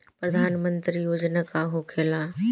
प्रधानमंत्री योजना का होखेला?